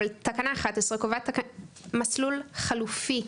אבל תקנה 11 קובעת מסלול חלופי,